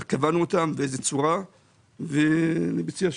איך ובאיזו צורה קבענו אותם.